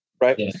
right